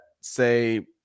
say